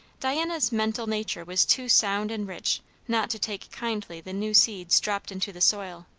diana's mental nature was too sound and rich not to take kindly the new seeds dropped into the soil.